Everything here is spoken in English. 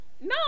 No